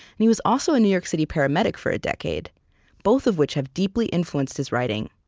and he was also a new york city paramedic for a decade both of which have deeply influenced his writing.